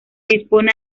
dispone